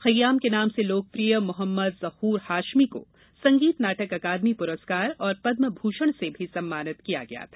खय्याम के नाम से लोकप्रिय मोहम्मद जहर हाशमी को संगीत नाटक अकादमी पुरस्कार और पद्म भूषण से भी सम्मानित किया गया था